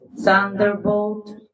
thunderbolt